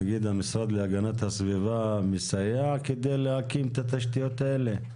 נגיד המשרד להגנת הסביבה מסייע כדי להקים את התשתיות האלה?